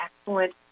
excellent